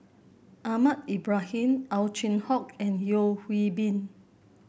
Ahmad Ibrahim Ow Chin Hock and Yeo Hwee Bin